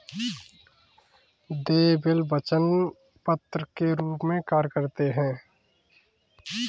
देय बिल वचन पत्र के रूप में कार्य करते हैं